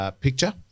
picture